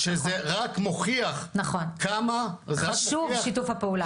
ציינתי שזה רק מוכיח כמה -- חשוב שיתוף הפעולה.